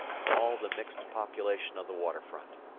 and all the mixed population of the water-front.